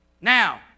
Now